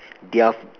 their